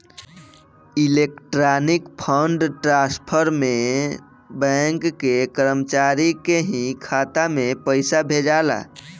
electronic fund transfer में bank के कर्मचारी के ही खाता में पइसा भेजाला